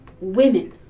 women